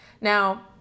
Now